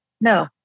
no